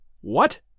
What